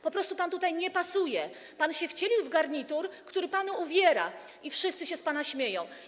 Po prostu pan tutaj nie pasuje, pan się wcielił w garnitur, który pana uwiera, i wszyscy się z pana śmieją.